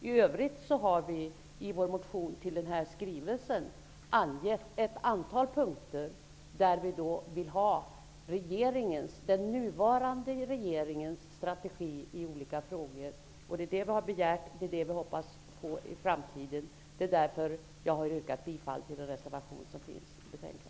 I övrigt har vi i vår motion till den här skrivelsen angett ett antal punkter där vi vill ha den nuvarande regeringens strategi i olika frågor. Det har vi begärt, och vi hoppas att vi får det i framtiden. Därför har jag yrkat bifall till en reservation i betänkandet.